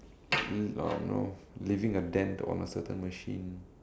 l~ uh you know leaving a dent on a certain machine